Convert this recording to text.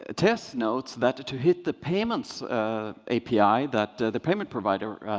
ah tess notes that are to hit the payments api that the payment provider,